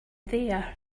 there